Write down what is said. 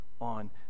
on